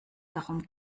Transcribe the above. darum